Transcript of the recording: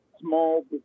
small